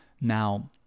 Now